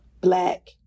Black